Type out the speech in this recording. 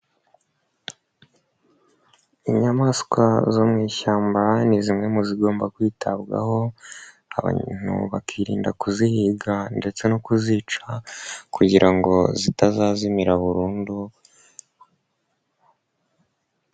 Inyamaswa zo mu ishyamba ni zimwe mu zigomba kwitabwaho. Abantu bakirinda kuzihiga ndetse no kuzica kugira ngo zitazazimira burundu.